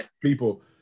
people